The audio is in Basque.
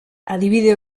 adibide